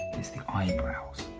it's the eyebrows.